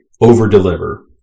over-deliver